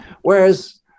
Whereas